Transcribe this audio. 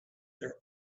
their